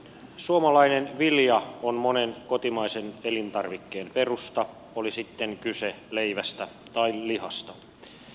suomalainen vilja on monen kotimaisen elintarvikkeen perusta oli sitten kyse leivästä tai lihasta